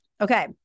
Okay